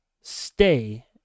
stay